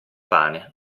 pane